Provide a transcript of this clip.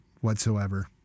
whatsoever